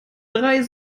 drei